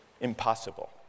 impossible